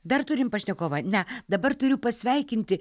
dar turim pašnekovą ne dabar turiu pasveikinti